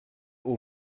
aux